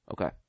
Okay